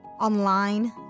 online